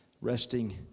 resting